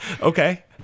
Okay